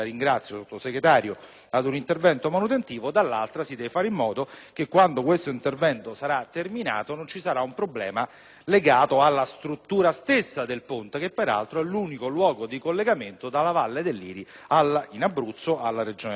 ad un intervento manutentivo, dall'altra, si deve fare in modo che quando questo intervento sarà terminato non ci sia un problema legato alla struttura stessa del ponte, che peraltro è l'unico mezzo di collegamento tra la Valle del Liri, in Abruzzo, e la Regione Lazio.